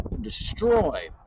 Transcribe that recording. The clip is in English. destroy